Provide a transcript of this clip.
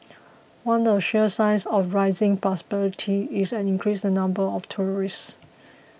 one of the sure signs of rising prosperity is an increase in the number of tourists